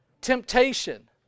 temptation